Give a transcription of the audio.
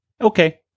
okay